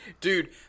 Dude